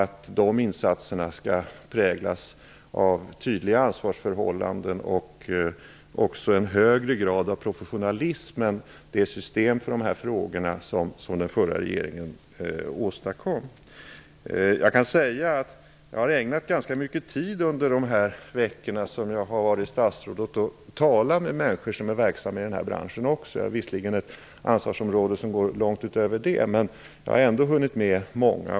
Dessa insatser skall präglas av tydliga ansvarsförhållanden och en högre grad av professionalism än det system för dessa frågor som den förra regeringen åstadkom. Under de veckor som jag har varit statsråd har jag ägnat ganska mycket tid åt att tala med människor som är verksamma i den här branschen. Jag har visserligen ett ansvarsområde som går långt ut över detta, men jag har ändå hunnit med att tala med många.